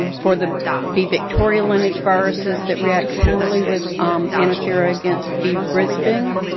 um for the b victoria lineage viruses that react poorly with um antisera against b brisbane,